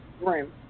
room